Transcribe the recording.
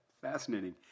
Fascinating